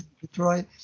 Detroit